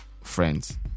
friends